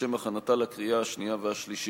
לשם הכנתה לקריאה שנייה ושלישית.